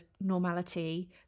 normality